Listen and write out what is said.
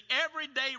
everyday